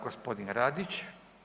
Gospodin Radić.